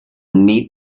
meet